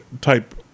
type